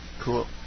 Cool